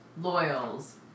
Loyals